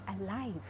alive